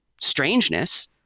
strangeness